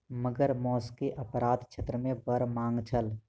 मगर मौस के अपराध क्षेत्र मे बड़ मांग छल